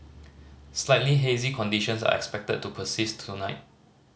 slightly hazy conditions are expected to persist tonight